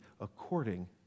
according